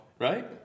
right